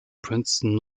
princeton